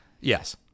Yes